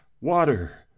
water